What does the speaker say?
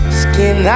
skin